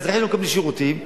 והאזרחים לא מקבלים שירותים,